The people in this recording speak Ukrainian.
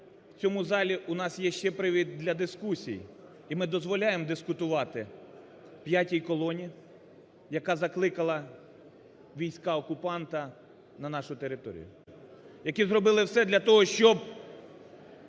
в цьому залі у нас є ще привід для дискусій, і ми дозволяємо дискутувати "п'ятій колоні", яка закликала війська окупанта на нашу територію, які зробили все для того, щоб